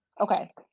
Okay